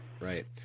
Right